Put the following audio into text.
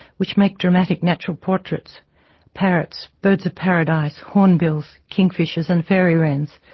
which make dramatic natural portraits parrots, birds of paradise, hornbills, kingfishers and fairy-wrens.